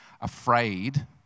afraid